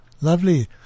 Lovely